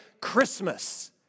Christmas